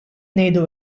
ngħidu